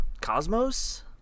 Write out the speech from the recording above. Cosmos